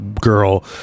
girl